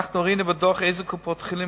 ראינו בדוח אילו קופות-חולים,